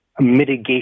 mitigation